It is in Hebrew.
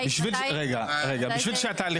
ראשית,